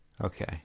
Okay